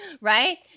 Right